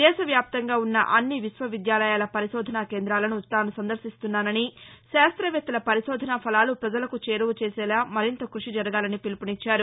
దేశవ్యాప్తంగా ఉన్న అన్ని విశ్వవిద్యాలయాల పరిశోధనా కేందాలను తాను సందర్యిస్తున్నానని శాస్త్రవేత్తల పరిశోధనా ఫలాలు పజలకు చేరువచేసేలా మరింత కృషి జరగాలని పిలుపునిచ్చారు